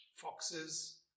Foxes